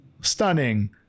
stunning